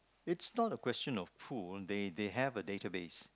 it's not a question of who they they have a database